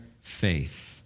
faith